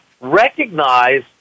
recognize